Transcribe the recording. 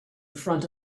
front